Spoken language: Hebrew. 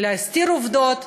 להסתיר עובדות,